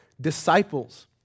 disciples